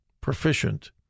proficient